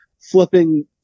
flipping